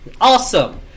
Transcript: Awesome